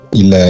il